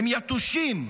הם יתושים,